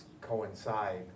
coincide